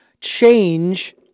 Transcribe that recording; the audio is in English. change